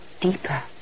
deeper